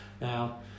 Now